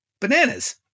bananas